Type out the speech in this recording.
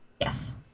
Yes